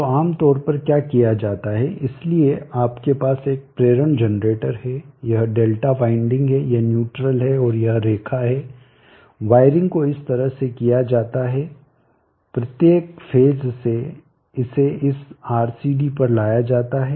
तो आम तौर पर क्या किया जाता है इसलिए आपके पास एक प्रेरण जनरेटर है यह Δ वाइंडिंग है यह न्यूट्रल है और यह रेखा है वायरिंग को इस तरह से किया जाता है प्रत्येक फेज से इसे इस RCD पर लाया जाता है